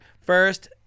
First